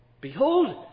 Behold